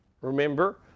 Remember